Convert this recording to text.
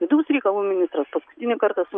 vidaus reikalų ministras paskutinį kartą su